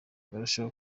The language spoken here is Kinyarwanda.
barushaho